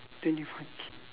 twenty five K